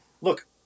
Look